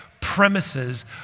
premises